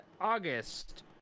August